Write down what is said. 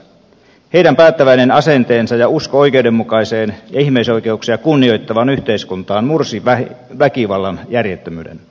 heidän päättäväinen asenteensa ja usko oikeudenmukaiseen ja ihmisoikeuksia kunnioittavaan yhteiskuntaan mursivat väkivallan järjettömyyden